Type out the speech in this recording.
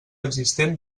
existent